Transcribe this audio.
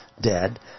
dead